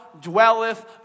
dwelleth